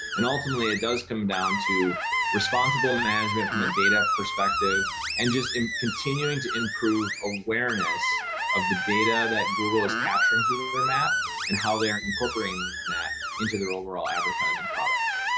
and ultimately it does come down to responsible management from a data perspective and just continuing to improve awareness of the data that google is capturing through their map and how they're incorporating that into their overall advertising products.